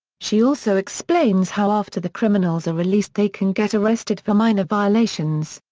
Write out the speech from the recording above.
she also explains how after the criminals are released they can get arrested for minor violations.